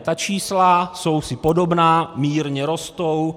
Ta čísla jsou si podobná, mírně rostou.